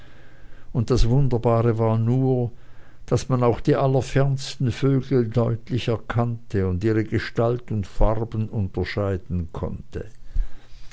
und das wunderbare war nur daß man auch die allerfernsten vögel deutlich erkannte und ihre gestalt und farben unterscheiden konnte